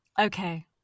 Okay